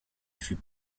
fut